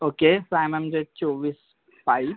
okay सहा M एमचे चोवीस पाईप